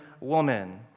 Woman